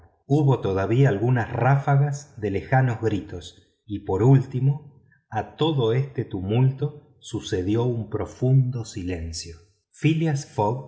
hubo todavía algunas ráfagas de lejanos gritos y por último a todo este tumulto sucedió un profundo silencio phileas